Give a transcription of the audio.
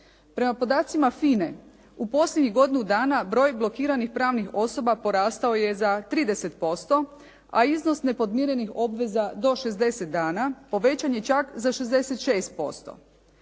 Prema podacima FINA-e u posljednjih godinu broj blokiranih pravnih osoba porastao je za 30%, a iznos nepodmirenih obveza do 60 dana povećan je čak za 66%.